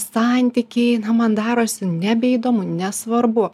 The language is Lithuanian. santykiai na man darosi nebeįdomu nesvarbu